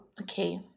okay